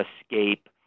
escape